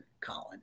Colin